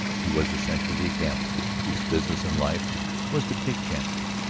he was essentially a gambler whose business in life was to take chances.